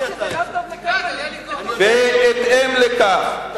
בהתאם לכך,